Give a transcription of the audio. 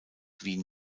wien